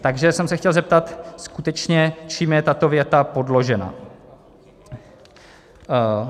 Takže jsem se chtěl zeptat skutečně, čím je tato věta podložena.